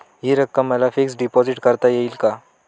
हि रक्कम मला फिक्स डिपॉझिट करता येईल का?